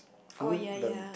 oh ya ya